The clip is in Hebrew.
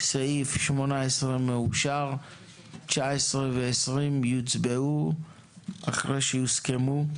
סעיפים 19 ו-20 יוצבעו אחרי שיוסכמו.